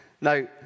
Now